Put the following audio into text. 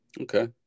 Okay